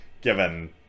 given